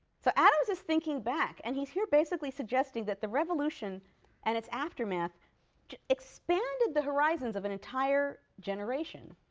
so adams is thinking back, and he's here basically suggesting that the revolution and its aftermath expanded the horizons of an entire generation.